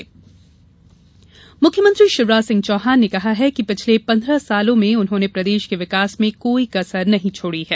शिवराज सभा मुख्यमत्री शिवराज सिंह चौहान ने कहा है कि पिछले पन्द्रह सालों में उन्होंने प्रदेश के विकास में कोई कुसर नहीं छोड़ी है